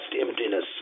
emptiness